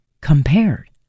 compared